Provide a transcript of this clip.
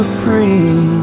free